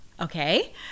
okay